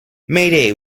mayday